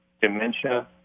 dementia